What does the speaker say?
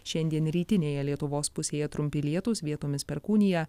šiandien rytinėje lietuvos pusėje trumpi lietūs vietomis perkūnija